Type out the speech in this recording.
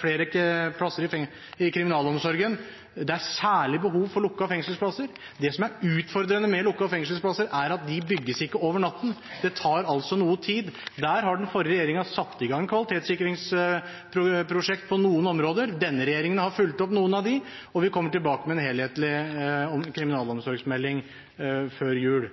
flere plasser i kriminalomsorgen. Det er særlig behov for lukkede fengselsplasser. Det som er utfordrende med lukkede fengselsplasser, er at de bygges ikke over natten, det tar noe tid. Der har den forrige regjeringen satt i gang kvalitetssikringsprosjekt på noen områder. Denne regjeringen har fulgt opp noen av dem, og vi kommer tilbake med en helhetlig kriminalomsorgsmelding før jul.